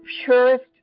purest